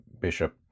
Bishop